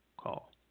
call